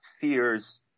fears